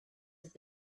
have